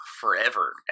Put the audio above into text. forever